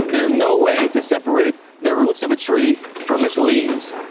there's no way to separate the roots of a tree from its leaves.